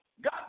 God